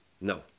No